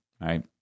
right